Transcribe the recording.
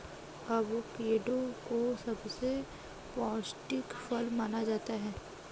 avocado को सबसे पौष्टिक फल माना जाता है